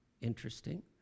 Interesting